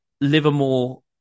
Livermore